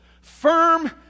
firm